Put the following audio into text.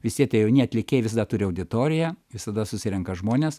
visi tie jauni atlikėjai visada turi auditoriją visada susirenka žmonės